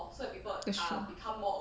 that's true